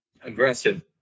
Aggressive